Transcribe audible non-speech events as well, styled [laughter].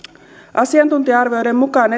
asiantuntija arvioiden mukaan [unintelligible]